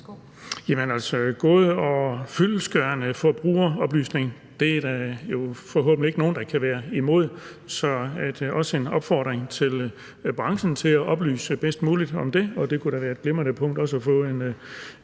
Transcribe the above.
god og fyldestgørende forbrugeroplysning er der forhåbentlig ikke nogen der kan være imod. Så også her er der en opfordring til branchen om at oplyse bedst muligt om det. Det kunne da være et glimrende punkt også at få en